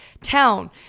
town